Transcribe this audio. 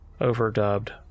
overdubbed